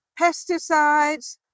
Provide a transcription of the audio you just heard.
Pesticides